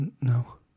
No